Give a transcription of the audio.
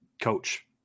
coach